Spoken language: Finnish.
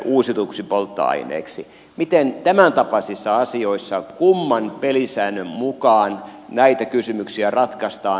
kumman pelisäännön mukaan tämäntapaisissa asioissa näitä kysymyksiä ratkaistaan